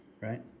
right